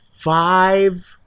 Five